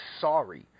sorry